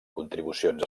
contribucions